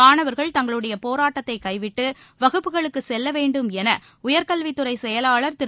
மாணவர்கள் தங்களுடைய போராட்டத்தை கைவிட்டு வகுப்புகளுக்கு செல்ல வேண்டும் என உயர் கல்வித்துறை செயலாளர் திரு